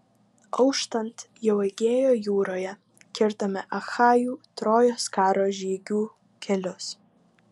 auštant jau egėjo jūroje kirtome achajų trojos karo žygių kelius